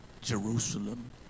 Jerusalem